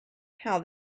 how